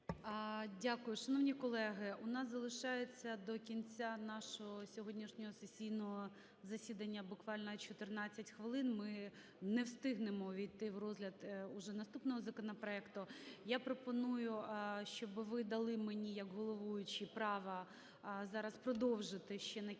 Дякую. Шановні колеги, у нас залишається до кінця нашого сьогоднішнього сесійного засідання буквально 14 хвилин, ми не встигнемо увійти в розгляд вже наступного законопроекту. Я пропоную, щоб ви дали мені як головуючій право зараз продовжити ще на кілька